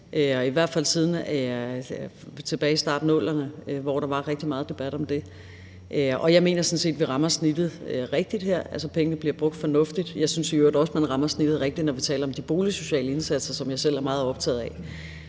i hvert fald tilbage til starten af 00'erne, hvor der var rigtig meget debat om det. Og jeg mener sådan set, at vi rammer snittet rigtigt her; pengene bliver brugt fornuftigt. Jeg synes i øvrigt også, at man rammer snittet rigtigt, når vi taler om de boligsociale indsatser, som jeg selv er meget optaget af.